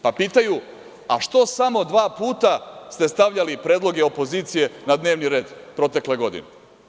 Pa pitaju, a što samo dva puta ste stavljali predloge opozicije na dnevni red, protekle godine?